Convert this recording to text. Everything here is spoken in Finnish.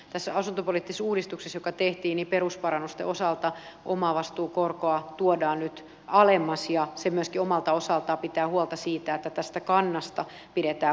tässä asuntopoliittisessa uudistuksessa joka tehtiin perusparannusten osalta omavastuukorkoa tuodaan nyt alemmaksi ja se myöskin omalta osaltaan pitää huolta siitä että tästä kannasta pidetään huolta